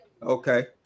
Okay